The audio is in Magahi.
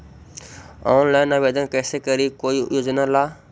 ऑनलाइन आवेदन कैसे करी कोई योजना ला?